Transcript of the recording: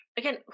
Again